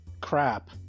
crap